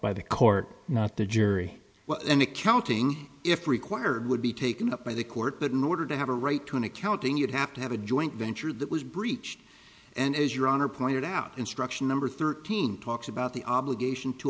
by the court not the jury and accounting if required would be taken up by the court but in order to have a right to an accounting you'd have to have a joint venture that was breached and as your honor pointed out instruction number thirteen talks about the obligation to